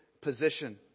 position